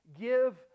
give